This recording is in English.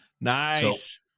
nice